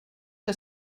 que